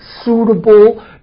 suitable